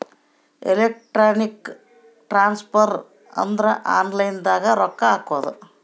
electronic transfer ಅಂದ್ರ online ದಾಗ ರೊಕ್ಕ ಹಾಕೋದು